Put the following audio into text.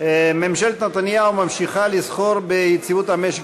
ממשלת נתניהו ממשיכה לסחור ביציבות המשק